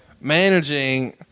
Managing